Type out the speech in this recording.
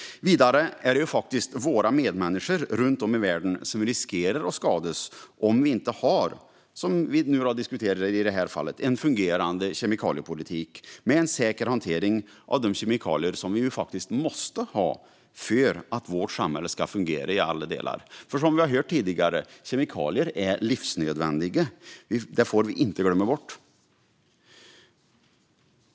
Vidare är det faktiskt våra medmänniskor runt om i världen som riskerar att skadas om vi inte har - som vi nu diskuterar - en fungerande kemikaliepolitik med en säker hantering av de kemikalier som vi måste ha för att vårt samhälle ska fungera i alla delar. Som vi har hört tidigare är ju kemikalier livsnödvändiga, och det får vi inte glömma bort.